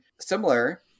similar